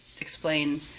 explain